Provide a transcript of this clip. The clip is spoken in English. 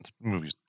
movie's